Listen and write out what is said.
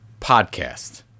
podcast